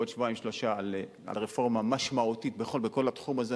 בעוד שבועיים-שלושה אני אוכל לבשר פה על רפורמה משמעותית בכל התחום הזה.